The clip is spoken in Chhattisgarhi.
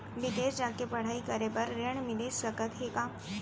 बिदेस जाके पढ़ई करे बर ऋण मिलिस सकत हे का?